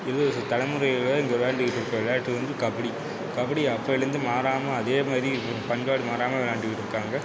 இருபது வருட தலைமுறைகளாக இங்கே விளையாண்டுகிட்டு இருக்க விளையாட்டு வந்து கபடி கபடி அப்பயிலேந்து மாறாமல் அதேமாதிரி பண்பாடு மாறாமல் விளையாண்டுக்கிட்டு இருக்காங்க